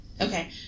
Okay